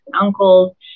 uncles